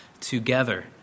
together